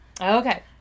Okay